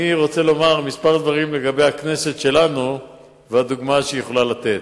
אני רוצה לומר כמה דברים לגבי הכנסת שלנו והדוגמה שהיא יכולה לתת.